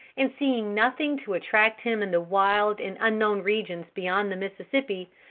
and seeing nothing to attract him in the wild and unknown regions beyond the mississippi,